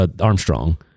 Armstrong